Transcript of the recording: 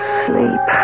sleep